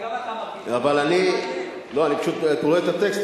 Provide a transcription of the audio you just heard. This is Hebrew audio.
אני פשוט קורא את הטקסט,